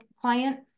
client